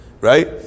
Right